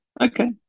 Okay